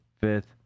Fifth